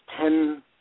ten